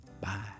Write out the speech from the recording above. Bye